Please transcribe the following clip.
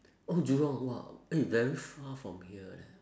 oh jurong !wah! eh very far from here leh